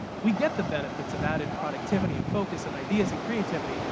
we get the benefits of added productivity and focus and ideas and creativity,